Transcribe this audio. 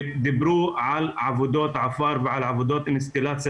דיברו על עבודות עפר ועל עבודות אינסטלציה,